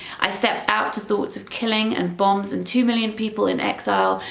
i stepped out to thoughts of killing and bombs and two million people in exile.